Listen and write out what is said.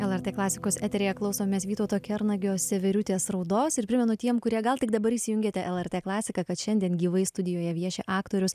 lrt klasikos eteryje klausomės vytauto kernagio severiutės raudos ir primenu tiem kurie gal tik dabar įsijungiate lrt klasiką kad šiandien gyvai studijoje vieši aktorius